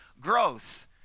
growth